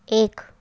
एक